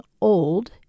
old